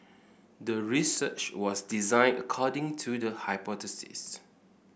the research was designed according to the hypothesis